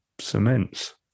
cements